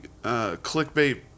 clickbait